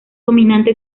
dominante